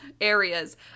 areas